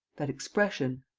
that expression.